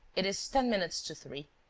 it is ten minutes to three.